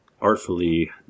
artfully